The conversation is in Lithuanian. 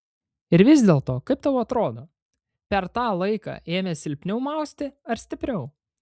ir vis dėlto kaip tau atrodo per tą laiką ėmė silpniau mausti ar stipriau